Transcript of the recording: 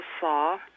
saw